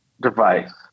device